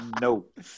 Nope